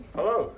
Hello